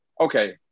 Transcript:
okay